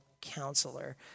counselor